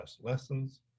lessons